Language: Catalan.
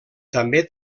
també